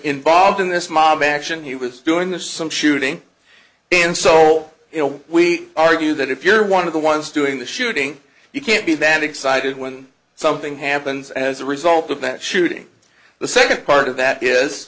involved in this mob action he was doing this some shooting and so you know we argue that if you're one of the ones doing the shooting you can't be that excited when something happens as a result of that shooting the second part of that is